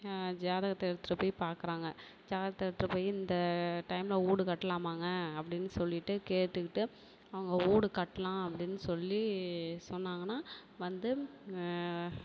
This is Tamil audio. ஜாதகத்தை எடுத்துகிட்டு போய் பார்க்குறாங்க ஜாதகத்தை எடுத்துகிட்டு போய் இந்த டைம்மில் வீடு கட்டலாம்மாங்க அப்படின்னு சொல்லிவிட்டு கேட்டுக்கிட்டு அவங்க வீடு கட்டலாம் அப்படின்னு சொல்லி சொன்னாங்கன்னா வந்து